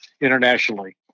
internationally